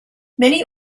many